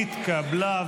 נתקבלה.